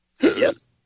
yes